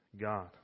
God